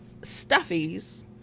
stuffies